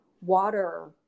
water